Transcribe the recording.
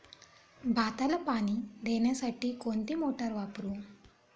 भाताला पाणी देण्यासाठी कोणती मोटार वापरू?